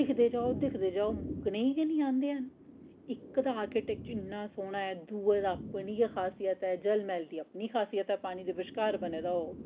दिखदे जाओ दिखदे जाओ मुक्कने ई गै नि आंदे न इक दा आर्टीटैच इन्ना सौह्ना ऐ दूए दा अपनी गै खासियत ऐ जलमैह्ल दी अपनी खासियत ऐ पानी दे बश्कार बने दा ओह्